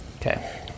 Okay